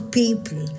people